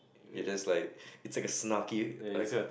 you just like it's like a snarky like